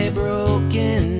broken